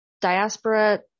diaspora